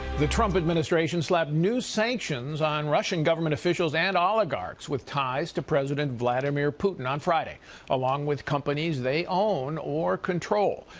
the trump administration slapped new sanctions on russian government officials and oligarch with ties to president vladimir putin on friday along with companies they own or control.